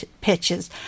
pitches